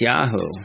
Yahoo